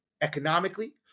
economically